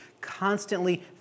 constantly